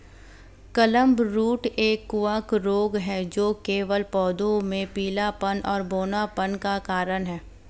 clubroot एक कवक रोग है जो केवल पौधों में पीलापन और बौनापन का कारण है